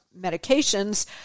medications